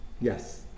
Yes